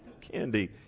Candy